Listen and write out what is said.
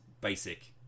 basic